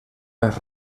més